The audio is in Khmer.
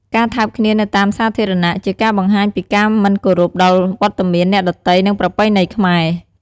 ការថើបគ្នានៅតាមសាធារណៈ ជាការបង្ហាញពីការមិនគោរពដល់រត្តមានអ្នកដទៃ និងប្រពៃណីខ្មែរ។